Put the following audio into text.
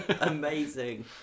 Amazing